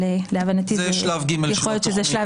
אבל להבנתי --- זה שלב ג' של התוכנית.